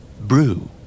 Brew